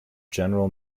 general